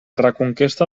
reconquesta